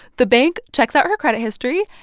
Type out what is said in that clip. the bank checks out her credit history,